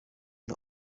and